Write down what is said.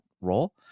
role